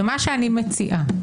ומה שאני מציעה: